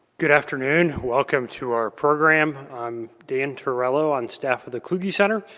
good afternoon, welcome to our program. i'm dan turello on staff for the kluge center.